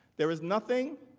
there is nothing